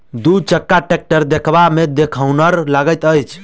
दू चक्का टेक्टर देखबामे देखनुहुर लगैत अछि